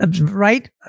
right